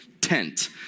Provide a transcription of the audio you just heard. tent